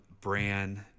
brand